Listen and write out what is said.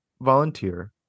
volunteer